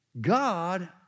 God